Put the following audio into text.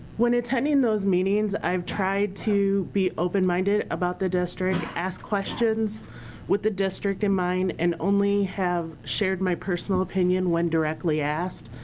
when attending those meetings, i've tried to be open minded about the district. ask questions with the district in mind and only have shared my personal opinion when directly asked.